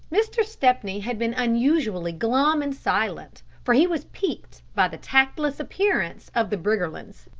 mr. stepney had been unusually glum and silent, for he was piqued by the tactless appearance of the briggerlands.